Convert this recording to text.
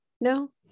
No